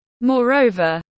Moreover